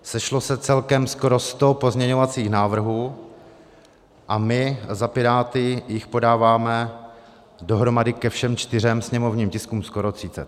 Sešlo se celkem skoro 100 pozměňovacích návrhů a my za Piráty jich podáváme dohromady ke všem čtyřem sněmovním tiskům skoro 30.